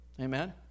Amen